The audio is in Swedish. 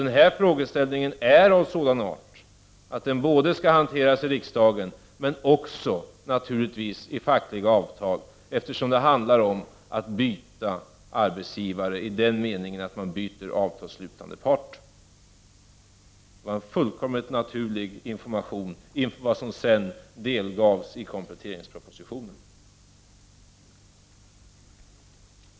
Den här frågan är av sådan art att den både skall hanteras i riksdagen och naturligtvis på det fackliga planet. Det handlar ju om att byta arbetsgivare i den meningen att man byter avtalsslutande part. Det var en fullkomligt naturlig information inför vad som sedan delgavs i kompletteringspropositionen.